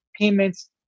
payments